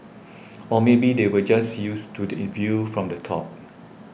or maybe they were just used to the Yi view from the top